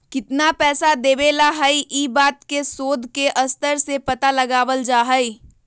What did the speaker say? कितना पैसा देवे ला हई ई बात के शोद के स्तर से पता लगावल जा हई